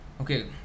okay